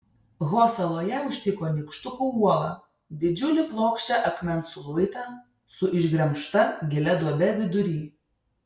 ho saloje užtiko nykštukų uolą didžiulį plokščią akmens luitą su išgremžta gilia duobe vidury